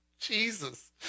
Jesus